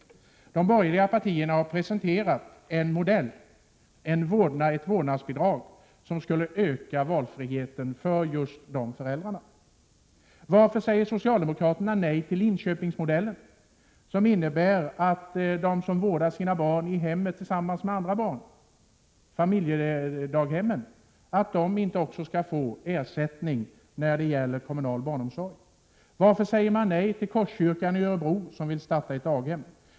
De borgerliga partierna har presenterat en modell, ett vårdnadsbidrag, som skulle öka valfriheten för just dessa föräldrar. Varför säger socialdemokraterna nej till Linköpingsmodellen, som innebär att de som vårdar sina barn i hemmet tillsammans med andra barn, alltså familjedaghemmen, skulle få ersättning enligt reglerna om kommunal barnomsorg? Varför säger ni nej till Korskyrkan i Örebro som vill starta ett daghem?